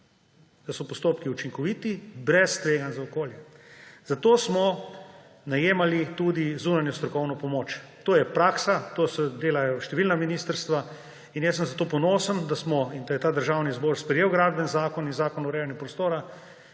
da so postopki učinkoviti, brez tveganj za okolje. Zato smo najemali tudi zunanjo strokovno pomoč. To je praksa, to delajo številna ministrstva. In jaz sem zato ponosen, da smo in da je ta državni zbor sprejel Gradbeni zakon in Zakon o urejanju prostora,